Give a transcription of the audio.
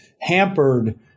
hampered